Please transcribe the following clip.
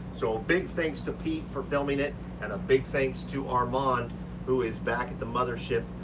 so big thanks to pete for filming it and a big thanks to armand who is back at the mothership.